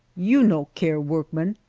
you no care workman,